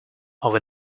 over